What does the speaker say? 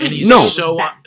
no